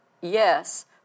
yes